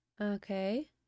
Okay